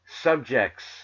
subjects